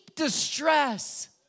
distress